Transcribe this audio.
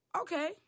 okay